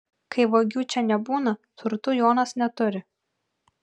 kai vagių čia nebūna turtų jonas neturi